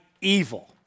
evil